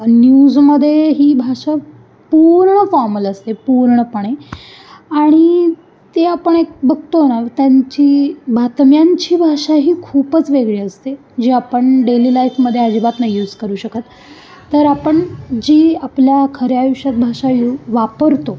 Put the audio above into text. न्यूजमध्ये ही भाषा पूर्ण फॉर्मल असते पूर्णपणे आणि ते आपण एक बघतो ना त्यांची बातम्यांची भाषा ही खूपच वेगळी असते जी आपण डेली लाईफमध्ये अजिबात ना यूज करू शकत तर आपण जी आपल्या खऱ्या आयुष्यात भाषा यु वापरतो